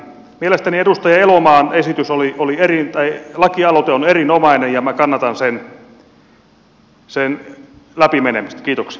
mielestäni edustaja elomaan lakialoite on erinomainen ja minä kannatan sen läpi menemistä